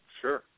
Sure